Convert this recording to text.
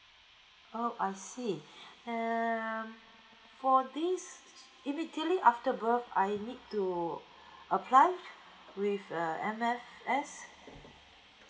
oh I see err for this immediately after birth I need to apply with uh M_S_F